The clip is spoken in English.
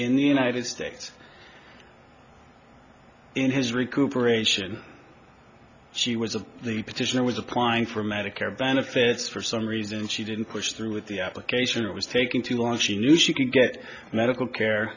in the united states in his recuperation she was of the petitioner was applying for medicare benefits for some reason she didn't push through with the application it was taking too long she knew she could get medical care